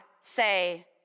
say